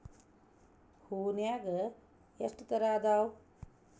ಹೂನ್ಯಾಗ ಎಷ್ಟ ತರಾ ಅದಾವ್?